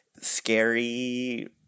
scary